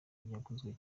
yaguzwe